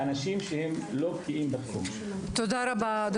תודה רבה.